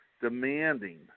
demanding